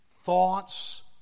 thoughts